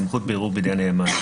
סמכות בירור בידי הנאמן,